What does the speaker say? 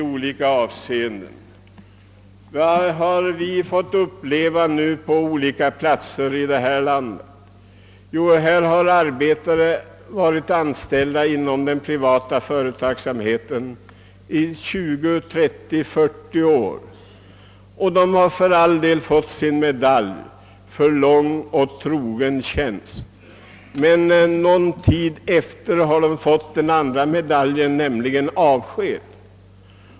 Vad har vi fått uppleva på olika platser i detta land? Jo, här har arbetare varit anställda inom den privata företagsamheten i 20, 30, 40 år och för all del fått sin medalj för lång och trogen tjänst. Men någon tid efteråt har de fått den andra medaljen, nämligen avsked.